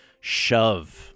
Shove